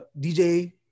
DJ